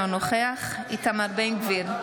אינו נוכח איתמר בן גביר,